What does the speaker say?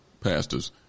pastors